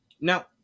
Now